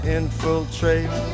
infiltrate